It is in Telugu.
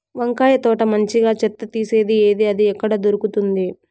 వంకాయ తోట మంచిగా చెత్త తీసేది ఏది? అది ఎక్కడ దొరుకుతుంది?